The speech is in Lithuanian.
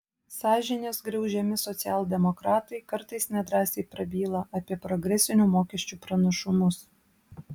sąžinės griaužiami socialdemokratai kartais nedrąsiai prabyla apie progresinių mokesčių pranašumus